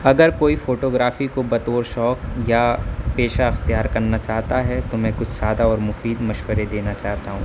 اگر کوئی فوٹوگرافی کو بطور شوق یا پیشہ اختیار کرنا چاہتا ہے تو میں کچھ سادہ اور مفید مشورے دینا چاہتا ہوں